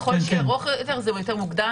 ככל שזה ארוך יותר, זה יותר מוגן.